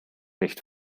nicht